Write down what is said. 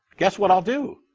guess what i'll do?